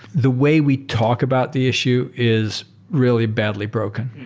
the way we talk about the issue is really badly broken.